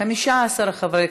להעביר את